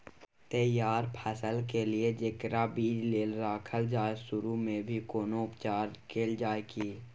तैयार फसल के लिए जेकरा बीज लेल रखल जाय सुरू मे भी कोनो उपचार कैल जाय की?